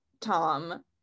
Tom